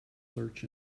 search